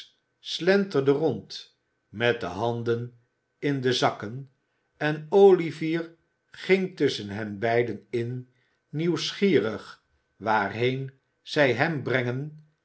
slenterde rond met de handen in de zakken en olivier ging tusschen hen beiden in nieuwsgierig waarheen zij hem brengen